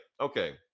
okay